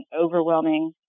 overwhelming